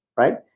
right?